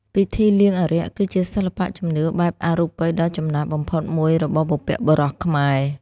ពិធីលៀងអារក្ស គឺជាសិល្បៈជំនឿបែបអរូបិយដ៏ចំណាស់បំផុតមួយរបស់បុព្វបុរសខ្មែរ។